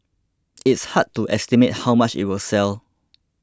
it's hard to estimate how much it will sell